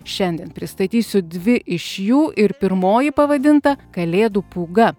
šiandien pristatysiu dvi iš jų ir pirmoji pavadinta kalėdų pūga